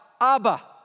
Abba